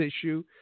issue